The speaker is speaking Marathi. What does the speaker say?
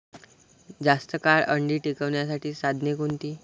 जास्त काळ अंडी टिकवण्यासाठी साधने कोणती?